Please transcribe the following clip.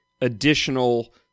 additional